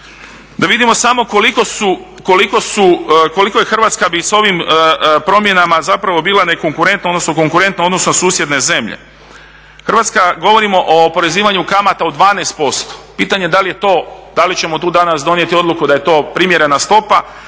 Da vidimo samo koliko Hrvatska bi s ovim promjenama zapravo bila nekonkurentna, odnosno konkurentna u odnosu na susjedne zemlje. Govorimo o oporezivanju kamata od 12%, pitanje je da li ćemo danas donijeti odluku da je to primjerena stopa